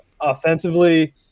offensively